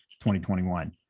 2021